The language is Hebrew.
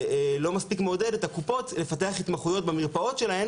מספיק מעודד את הקופות לפתח התמחויות במרפאות שלהן